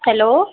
hello